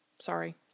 sorry